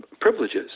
privileges